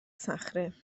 صخره